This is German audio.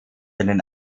einen